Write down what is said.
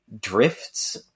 drifts